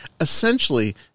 essentially